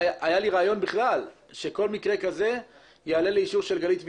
היה לי רעיון שכל מקרה כזה יעלה לאישור של גלית וידרמן.